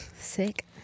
Sick